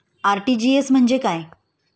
RTGS म्हणजे काय?